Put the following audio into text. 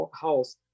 house